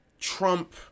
Trump